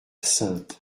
saintes